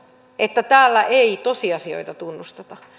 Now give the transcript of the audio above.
että täällä ei tosiasioita tunnusteta